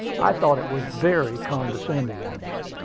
i thought it was very condescending in him.